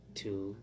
two